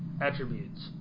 attributes